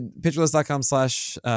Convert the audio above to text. Pitcherlist.com/slash